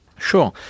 Sure